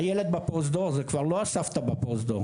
הילד בפרוזדור זה כבר לא הסבתא בפרוזדור,